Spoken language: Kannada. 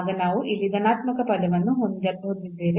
ಆಗ ನಾವು ಇಲ್ಲಿ ಧನಾತ್ಮಕ ಪದವನ್ನು ಹೊಂದಿದ್ದೇವೆ